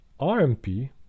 RMP